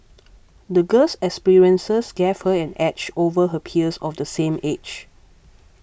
the girl's experiences gave her an edge over her peers of the same age